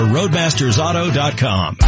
RoadmastersAuto.com